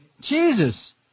Jesus